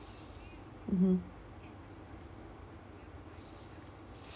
mmhmm